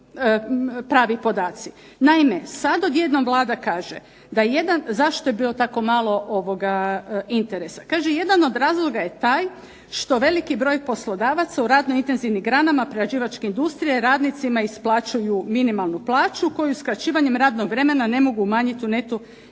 Naime sad odjednom Vlada kaže da je jedan, zašto je bio tako malo interesa. Kaže jedan od razloga je taj što veliki broj poslodavaca u radno intenzivnim granama prerađivačke industrije radnicima isplaćuju minimalnu plaću, koju skraćivanjem radnog vremena ne mogu umanjiti u neto iznosu